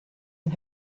and